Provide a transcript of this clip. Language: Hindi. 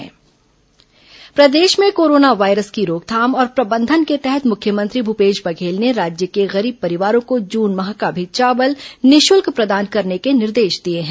कोरोना पीडीएस चावल प्रदेश में कोरोना वायरस की रोकथाम और प्रबंधन के तहत मुख्यमंत्री भूपेश बघेल ने राज्य के गरीब परिवारों को जून माह का भी चावल निःशुल्क प्रदान करने के निर्देश दिए हैं